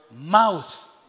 mouth